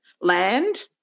land